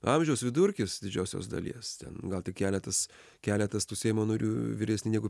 amžiaus vidurkis didžiosios dalies ten gal tik keletas keletas tų seimo narių vyresni negu